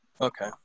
Okay